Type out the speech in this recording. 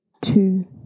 two